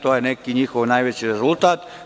To je neki njihov najveći rezultat.